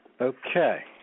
Okay